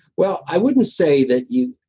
well, i wouldn't say that you,